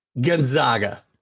Gonzaga